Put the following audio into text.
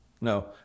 no